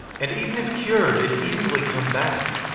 and even if cured, it'd easily come back.